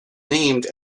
named